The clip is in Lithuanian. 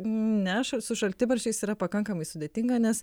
ne š su šaltibarščiais yra pakankamai sudėtinga nes